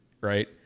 right